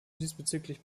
diesbezüglich